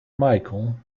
michael